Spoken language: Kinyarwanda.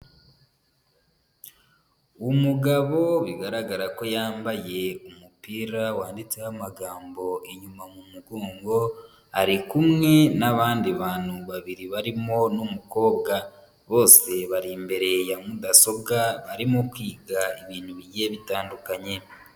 Umugabo bigaragara ko yambaye umupira wanditseho amagambo inyuma mu mugongo, ari kumwe n'abandi bantu babiri barimo n'umukobwa. Bose bari imbere ya mudasobwa arimo kwiga ibintu bigiye bitandukanye.